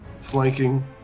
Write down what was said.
flanking